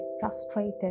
frustrated